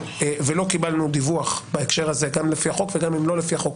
ולא קיבלנו דיווח בהקשר הזה גם לפי החוק וגם אם לא לפי החוק,